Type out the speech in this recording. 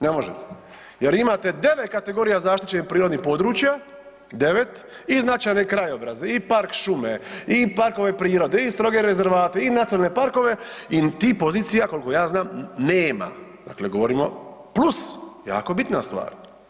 Ne možete jer imate 9 kategorija zaštićenih prirodnih područja 9 i značajne krajobraze i park šume i parkove prirode i stroge rezervate i nacionalne parkove i tih pozicija koliko ja znam nema, dakle govorimo plus, jako bitna stvar.